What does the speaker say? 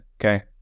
Okay